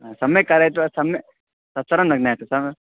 हा सम्यक् कारयित्वा सम्यक् तत् सर्वं न ज्ञायते सः